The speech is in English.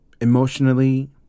emotionally